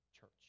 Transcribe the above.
church